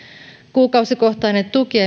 kuukausikohtainen tuki